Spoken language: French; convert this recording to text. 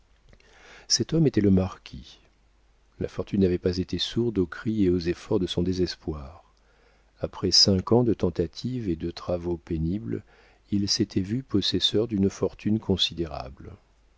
cet homme était le marquis la fortune n'avait pas été sourde aux cris et aux efforts de son désespoir après cinq ans de tentatives et de travaux pénibles il s'était vu possesseur d'une fortune considérable